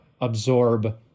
absorb